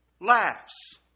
laughs